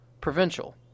provincial